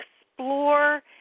explore